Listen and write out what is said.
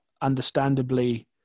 understandably